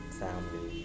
family